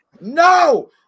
No